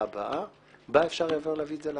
הבאה בה אפשר יהיה להביא את זה להצבעה.